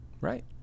Right